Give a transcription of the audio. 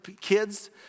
kids